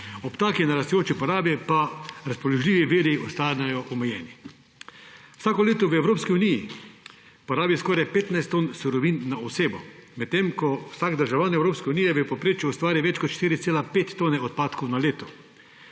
Ob taki naraščajoči porabi pa razpoložljivi viri ostanejo omejeni. Vsako leto v Evropski uniji porabi skoraj 15 ton surovin na osebo, medtem ko vsak državljan Evropske unije v povprečju ustvari več kot 4,5 tone odpadkov na leto.